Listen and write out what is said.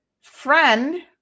friend